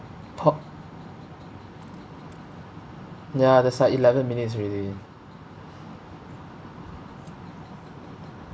[ho] ya there's like eleven minutes already